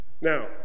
Now